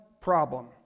problem